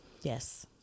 Yes